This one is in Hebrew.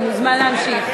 אתה מוזמן להמשיך.